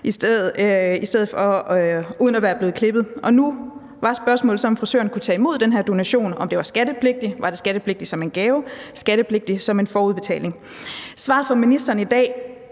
sin frisør uden at være blevet klippet, og nu var spørgsmålet så, om frisøren kunne tage imod den her donation – om det var skattepligtigt. Var det skattepligtigt som en gave eller skattepligtigt som en forudbetaling? Svaret fra ministeren i dag